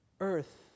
Earth